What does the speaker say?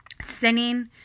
sinning